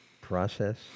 process